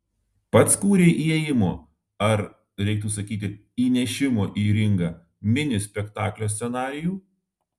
pats kūrei įėjimo ar reiktų sakyti įnešimo į ringą mini spektaklio scenarijų